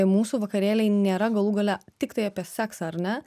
mūsų vakarėliai nėra galų gale tiktai apie seksą ar ne